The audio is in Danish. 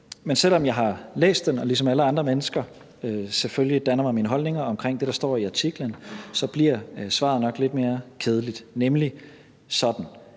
men selv om jeg har læst den og ligesom alle andre mennesker selvfølgelig har dannet mig en holdning til det, der står i artiklen, bliver svaret nok lidt mere kedeligt, nemlig sådan,